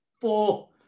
four